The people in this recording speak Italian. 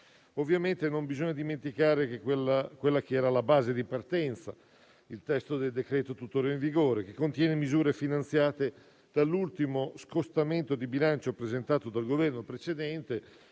Ovviamente non bisogna dimenticare la base di partenza, ovvero il testo del decreto-legge tuttora in vigore, che contiene misure finanziate dall'ultimo scostamento di bilancio presentato dal Governo precedente,